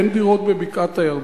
אין דירות בבקעת-הירדן,